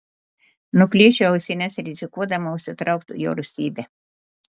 nuplėšiu ausines rizikuodama užsitraukti jo rūstybę